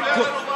ספר לנו מה,